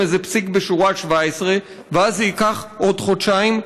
איזה פסיק בשורה 17 ואז זה ייקח עוד חודשיים?